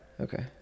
okay